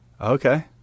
Okay